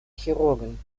chirurgen